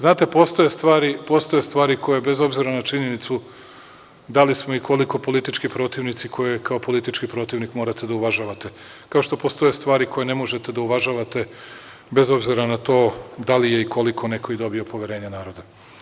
Znate postoje stvari koje bez obzira na činjenicu da li smo i koliko politički protivnici koje kao politički protivnik morate da uvažavate, kao što postoje stvari koje ne možete da uvažavate bez obzira na to da li je i koliko neko dobio poverenje naroda.